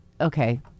Okay